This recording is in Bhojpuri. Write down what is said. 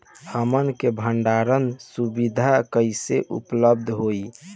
हमन के भंडारण सुविधा कइसे उपलब्ध होई?